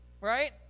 Right